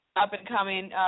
up-and-coming